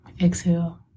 Exhale